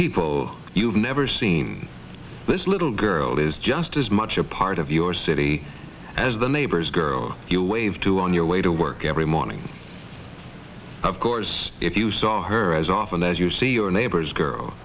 people you've never seen this little girl is just as much a part of your city as the neighbor's girl you waved to on your way to work every morning of course if you saw her as often as you see your neighbor's girl